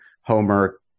Homer